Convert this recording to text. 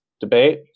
debate